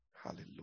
Hallelujah